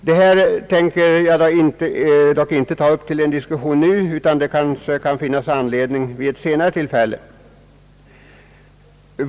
Detta tänker jag dock inte ta upp till diskussion just nu, utan det kanske finns anledning återkomma därtill vid senare tillfälle.